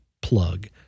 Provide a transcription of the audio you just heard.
plug